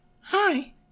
Hi